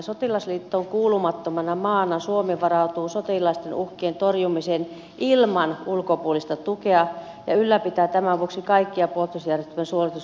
sotilasliittoon kuulumattomana maana suomi varautuu sotilaallisten uhkien torjumiseen ilman ulkopuolista tukea ja ylläpitää tämän vuoksi kaikkia puolustusjärjestelmän suorituskykyalueita